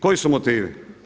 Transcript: Koji su motivi?